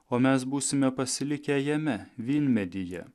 o mes būsime pasilikę jame vynmedyje